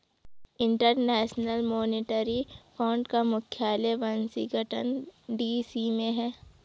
international monetary fund का मुख्यालय Washington DC में है